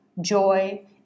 joy